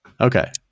Okay